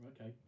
Okay